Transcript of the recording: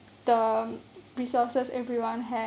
the resources everyone has